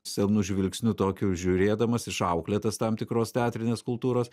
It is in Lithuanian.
senu žvilgsniu tokiu žiūrėdamas išauklėtas tam tikros teatrinės kultūros